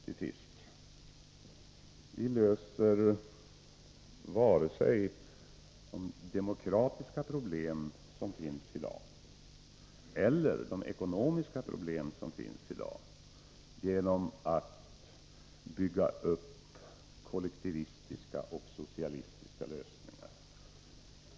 Till sist: Vi löser varken de demokratiska eller de ekonomiska problem som finns i dag genom att bygga upp kollektivistiska och socialistiska lösningar.